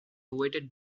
weighted